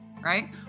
right